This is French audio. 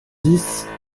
dix